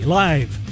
live